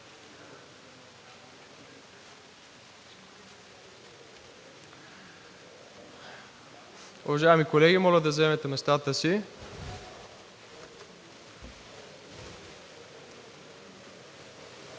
Уважаеми колеги, моля да заемете местата си!